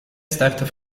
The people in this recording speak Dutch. startte